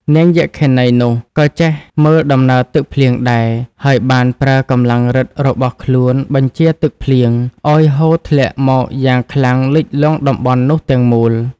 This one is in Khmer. នាងយក្ខិនីនោះ ក៏ចេះមើលដំណើរទឹកភ្លៀងដែរ ហើយបានប្រើកម្លាំងប្ញទ្ធិរបស់ខ្លួនបញ្ជាទឹកភ្លៀងឲ្យហូរធ្លាក់មកយ៉ាងខ្លាំងលិចលង់តំបន់នោះទាំងមូល។